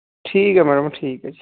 ਠੀਕ ਆ ਮੈਡਮ ਠੀਕ ਆ ਜੀ